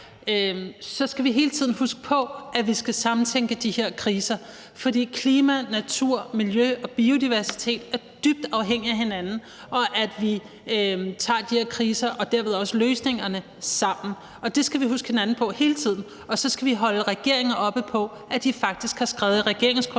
skal vi hele tiden huske på, at vi skal samtænke de her kriser. For klima, natur, miljø og biodiversitet er dybt afhængige af hinanden og af, at vi tager de her kriser og dermed også løsningerne sammen. Det skal vi huske hinanden på hele tiden, og så skal vi holde regeringen op på, at de faktisk har skrevet i regeringsgrundlaget,